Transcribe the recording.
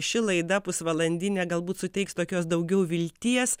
ši laida pusvalandinė galbūt suteiks tokios daugiau vilties